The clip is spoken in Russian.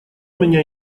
меня